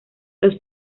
los